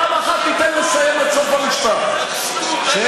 פעם אחת תיתן לסיים עד סוף המשפט: שהם